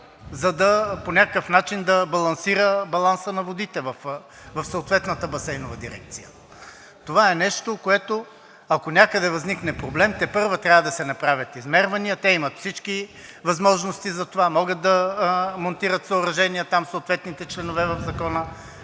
по някакъв начин да балансира баланса на водите в съответната Басейнова дирекция. Това е нещо, което, ако някъде възникне проблем, тепърва трябва да се направят измервания. Те имат всички възможности за това, могат да монтират съоръжения, там съответните членове в Закона